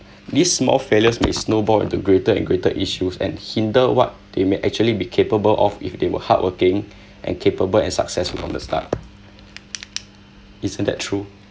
these small failures may snowball into greater and greater issues and hinder what they may actually be capable of if they were hardworking and capable and successful from the start isn't that true